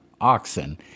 oxen